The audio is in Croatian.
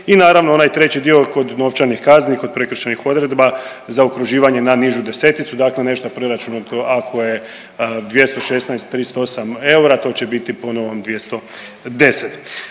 I naravno onaj treći dio kod novčanih kazni, kod prekršajnih odredba zaokruživanje na nižu deseticu, dakle nešto preračunao ako je 216,38 eura to će biti po novom 210.